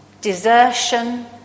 desertion